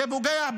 זה פוגע,